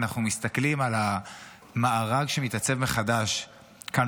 אנחנו מסתכלים על המארג שמתעצב מחדש כאן